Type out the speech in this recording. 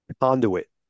conduit